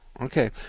Okay